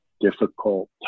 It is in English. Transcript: difficult